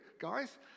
guys